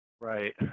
Right